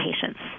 patients